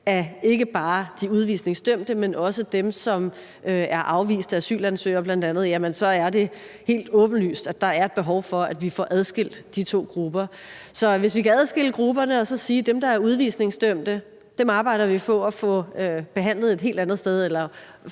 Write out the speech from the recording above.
af ikke bare de udvisningsdømte, men også dem, som bl.a. er afviste asylansøgere, jamen, så er det helt åbenlyst, at der er et behov for, at vi får adskilt de to grupper. Så hvis vi kan adskille grupperne og sige, at dem, der er udvisningsdømt, arbejder vi på at få behandlet et helt andet sted